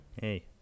Hey